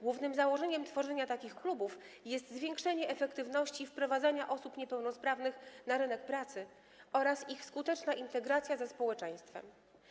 Głównym założeniem tworzenia takich klubów jest zwiększenie efektywności wprowadzania osób niepełnosprawnych na rynek pracy oraz ich skuteczna integracja ze społeczeństwem.